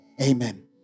Amen